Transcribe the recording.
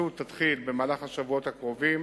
בשבועות הקרובים